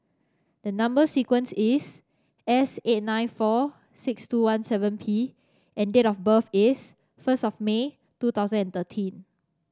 the number sequence is S eight nine four six two one seven P and date of birth is first of May two thousand and thirteen